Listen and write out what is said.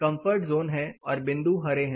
comfort zone है और बिंदु हरे हैं